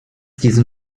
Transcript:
diesen